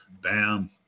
bam